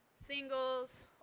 Singles